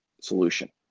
solution